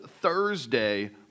Thursday